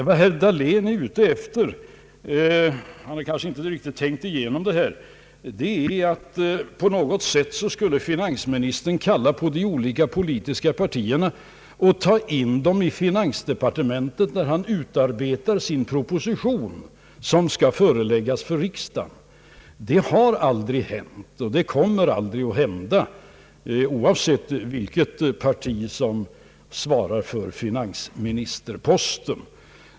Vad herr Dahlén är ute efter — han har kanske inte riktigt tänkt igenom det här — är att finansministern på något sätt skulle kalla på de olika politiska partierna och ta in dem i finansdepartementet när han utarbetar sin proposition som skall föreläggas riksdagen. Det har aldrig hänt och kommer aldrig att hända oavsett vilket parti som svarar för finansministerposten.